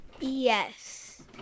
Yes